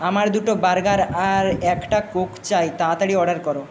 আমার দুটো বার্গার আর একটা কোক চাই তাড়াতাড়ি অর্ডার করো